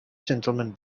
gentleman